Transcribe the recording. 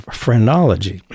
phrenology